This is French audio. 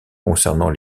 concernant